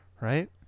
right